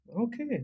Okay